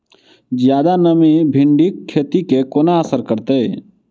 जियादा नमी भिंडीक खेती केँ कोना असर करतै?